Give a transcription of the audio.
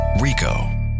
Rico